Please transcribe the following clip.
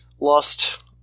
Lost